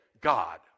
God